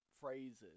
phrases